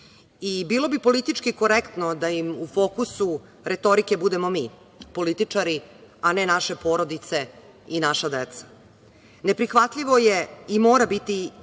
Bilo bi politički korektno da im u fokusu retorike budemo mi političari, a ne naše porodice i naša deca. Neprihvatljivo je i mora biti